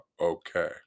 okay